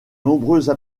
nombreuses